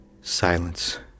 silence